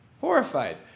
Horrified